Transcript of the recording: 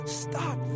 stop